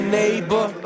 neighbor